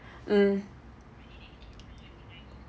mm